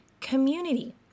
community